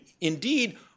Indeed